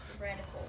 radical